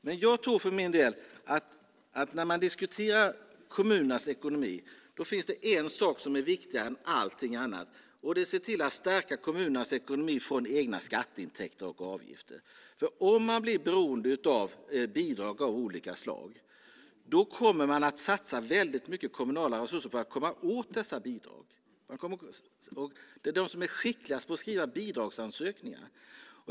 Men jag tror för min del att när man diskuterar kommunernas ekonomi finns det en sak som är viktigare än allt annat, och det är att se till att stärka kommunernas ekonomi med egna skatteintäkter och avgifter. Om man blir beroende av bidrag av olika slag kommer man att satsa väldigt mycket kommunala resurser på att komma åt dessa bidrag. Det är de som är skickligast på att skriva bidragsansökningar som får pengar.